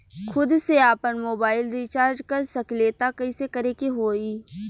खुद से आपनमोबाइल रीचार्ज कर सकिले त कइसे करे के होई?